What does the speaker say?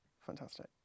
Fantastic